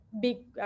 big